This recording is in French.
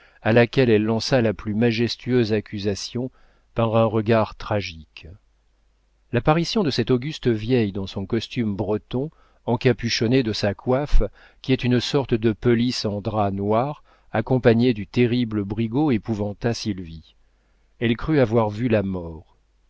à laquelle elle lança la plus majestueuse accusation par un regard tragique l'apparition de cette auguste vieille dans son costume breton encapuchonnée de sa coiffe qui est une sorte de pelisse en drap noir accompagnée du terrible brigaut épouvanta sylvie elle crut avoir vu la mort